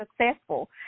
successful